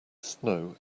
snow